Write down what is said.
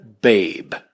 babe